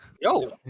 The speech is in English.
Yo